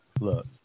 look